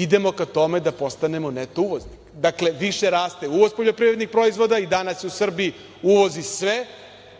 idemo ka tome da postanemo neto uvoznik. Više raste uvoz poljoprivrednih proizvoda i danas se u Srbiji uvozi sve,